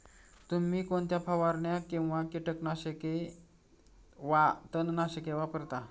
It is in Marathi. तुम्ही कोणत्या फवारण्या किंवा कीटकनाशके वा तणनाशके वापरता?